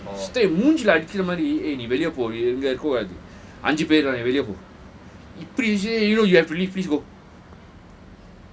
courtesy nothing மூஞ்சில அடிச்ச மாதிரி நீ வெளிய போ அஞ்சு பேரு இருக்கோம் நீ வெள்ளில போ:moonji la adicha madhiri nee wellila poa anju pearu irukkam nee wellila poa you know you have to leave please go